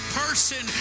person